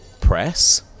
press